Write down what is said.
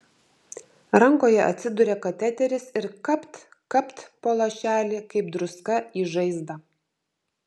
rankoje atsiduria kateteris ir kapt kapt po lašelį kaip druska į žaizdą